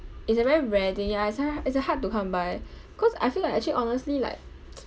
it's a very rare thing ya is uh is uh hard to come by cause I feel like actually honestly like